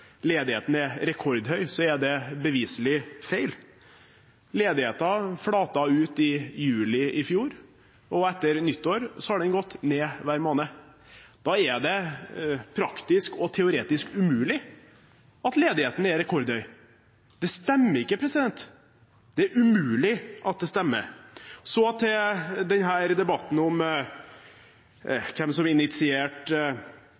ledigheten er rekordhøy, er det beviselig feil. Ledigheten flatet ut i juli i fjor, og etter nyttår har den gått ned hver måned. Da er det praktisk og teoretisk umulig at ledigheten er rekordhøy. Det stemmer ikke. Det er umulig at det stemmer. Så til debatten om